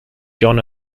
john